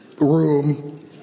room